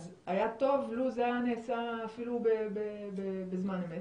אז היה טוב לו זה היה נעשה אפילו בזמן אמת.